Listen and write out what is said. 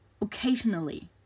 occasionally